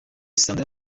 sandra